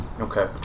Okay